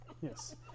Yes